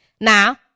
now